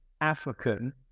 African